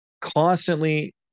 constantly